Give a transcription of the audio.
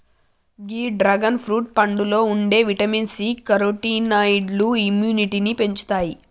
గీ dragon fruit పండులో ఉండే vitamin C, కెరోటినాయిడ్లు ఇమ్యునిటీని పెంచుతాయి